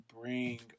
bring